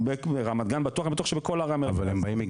ברמת גן בטוח, אני בטוח שבכל ערי המרכז.